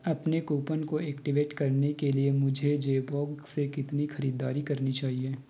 अपने कूपन को ऐक्टिवेट करने के लिए मुझे जेबोंग से कितनी खरीददारी करनी चाहिए